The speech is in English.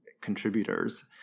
contributors